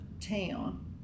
town